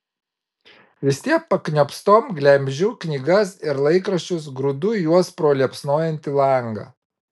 vis tiek pakniopstom glemžiu knygas ir laikraščius grūdu juos pro liepsnojantį langą